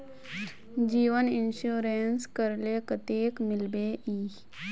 जीवन इंश्योरेंस करले कतेक मिलबे ई?